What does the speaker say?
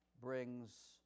brings